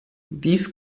dies